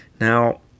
Now